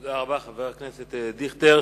תודה רבה, חבר הכנסת דיכטר.